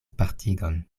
partigon